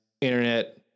internet